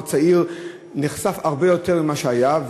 צעיר היא הרבה יותר גדולה מכפי שהייתה.